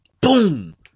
Boom